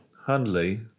Hundley